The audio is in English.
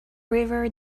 river